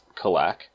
kalak